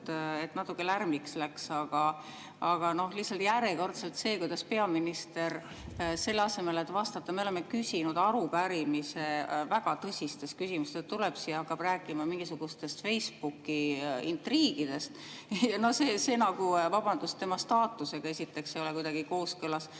et natukene lärmiks läks! Aga lihtsalt järjekordselt – see, kuidas peaminister, selle asemel et vastata, me oleme küsinud arupärimise väga tõsistes küsimustes, hakkab rääkima mingisugustest Facebooki intriigidest ... No see, vabandust, tema staatusega ei ole kuidagi kooskõlas.